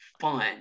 fun